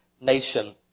nation